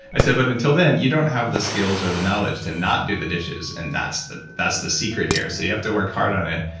i said but until then, you don't have the skills or the knowledge to not do the dishes and that's the that's the secret here. so you have to work hard on it.